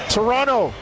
Toronto